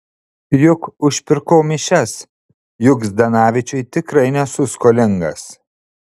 juk užpirkau mišias juk zdanavičiui tikrai nesu skolingas